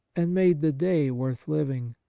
and made the day worth living,